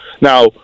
Now